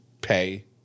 pay